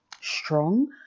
strong